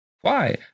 Why